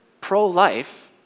pro-life